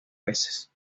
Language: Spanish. veces